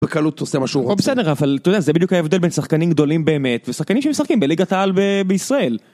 בקלות עושה מה שהוא רוצה. טוב בסדר אבל, אתה יודע, זה בדיוק ההבדל בין שחקנים גדולים באמת ושחקנים שמשחקים בליגת העל בישראל